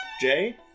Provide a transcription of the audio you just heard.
Jay